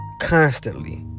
constantly